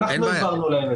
אנחנו העברנו להם את זה.